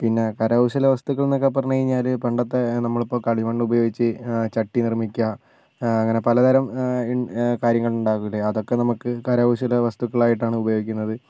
പിന്നെ കരകൗശല വസ്തുക്കൾ എന്നൊക്കെ പറഞ്ഞു കഴിഞ്ഞാൽ പണ്ടത്തെ നമ്മളിപ്പോൾ കളിമണ്ണ് ഉപയോഗിച്ച് ചട്ടി നിർമ്മിക്കുക അങ്ങനെ പലതരം കാര്യങ്ങൾ ഉണ്ടാവില്ലേ അതൊക്കെ നമുക്ക് കരകൗശല വസ്തുക്കളായിട്ടാണ് ഉപയോഗിക്കുന്നത്